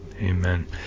Amen